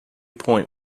point